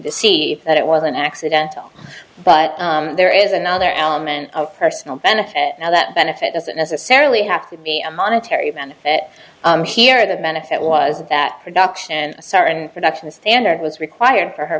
deceive that it wasn't accidental but there is another element of personal benefit that benefit doesn't necessarily have to be a monetary benefit here the benefit was that production star and production standard was required for her